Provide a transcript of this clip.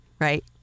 right